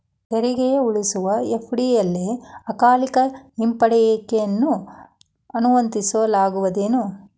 ತೆರಿಗೆ ಉಳಿಸುವ ಎಫ.ಡಿ ಅಲ್ಲೆ ಅಕಾಲಿಕ ಹಿಂಪಡೆಯುವಿಕೆಯನ್ನ ಅನುಮತಿಸಲಾಗೇದೆನು?